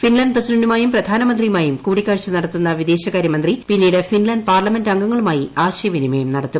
Finland പ്രസിഡന്റുമായും പ്രധാനമന്ത്രിയുമായുംകൂടിക്കാഴ്ച നടത്തുന്ന വിദേശകാര്യമന്ത്രി പിന്നീട് ഫിൻലാന്റ് പാർല്മെന്റ്അംഗങ്ങളുമായിആശയവിനിമയം നടത്തും